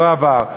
לא עבר.